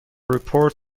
report